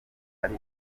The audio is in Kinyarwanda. ari